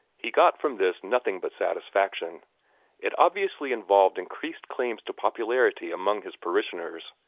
he got from this nothing but satisfaction it obviously involved increased claims to popularity among his parishioners,